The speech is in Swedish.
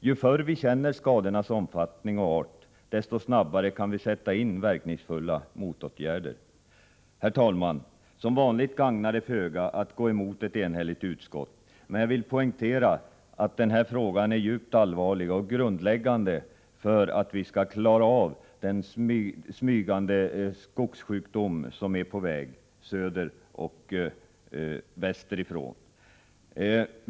Ju förr vi känner skogsskadornas omfattning och art, desto snabbare kan vi sätta in verkningsfulla motåtgärder. Herr talman! Som vanligt gagnar det föga att gå emot ett enhälligt utskott. Men jag vill poängtera att den här frågan är djupt allvarlig och grundläggande för att vi skall kunna klara av den smygande skogssjukdom som är på väg söderoch västerifrån.